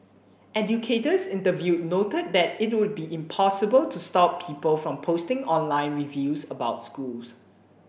educators interviewed noted that it would be impossible to stop people from posting online reviews about schools